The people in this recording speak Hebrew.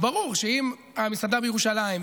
ברור שאם המסעדה היא בירושלים,